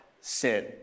sin